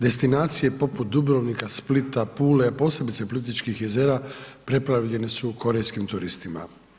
Destinacije poput Dubrovnika, Splita, Pula, a posebice Plitvičkih jezera preplavljene su korejskim turistima.